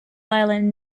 islands